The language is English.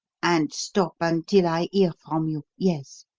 and stop until i hear from you yes.